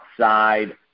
outside